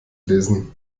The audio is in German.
lesen